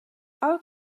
our